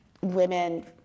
women